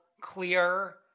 clear